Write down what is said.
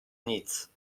nic